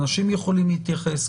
אנשים יכולים להתייחס.